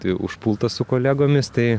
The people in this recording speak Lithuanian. tai užpultas su kolegomis tai